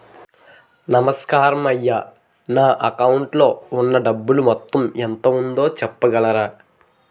నమస్కారం అయ్యా నా అకౌంట్ లో ఉన్నా డబ్బు మొత్తం ఎంత ఉందో చెప్పగలరా?